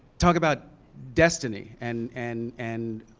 talk about destiny, and and and